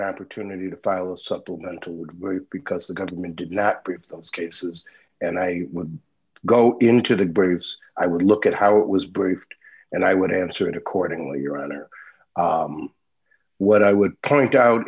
an opportunity to file a supplemental because the government did not brief those cases and i would go into the graves i would look at how it was briefed and i would answer it accordingly your honor what i would point out